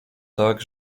tak